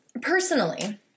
Personally